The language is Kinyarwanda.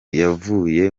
yavuye